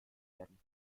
werden